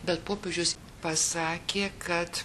bet popiežius pasakė kad